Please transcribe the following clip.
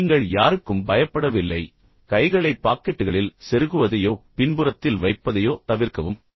எனவே நீங்கள் யாருக்கும் பயப்பட வில்லை அவற்றை பாக்கெட்டுகளில் செருகுவதையோ அவற்றை பின்புறத்தில் வைப்பதையோ தவிர்க்கவும்